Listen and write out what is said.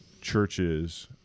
churches